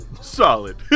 Solid